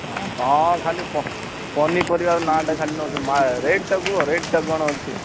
ହଁ କ'ଣ ଖାଲି ପନିପରିବା ନାଁଟା କ'ଣ ନଉଛ ରେଟ୍ କୁହ ରେଟ୍ଟା କ'ଣ ଅଛି